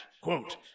quote